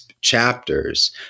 chapters